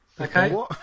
Okay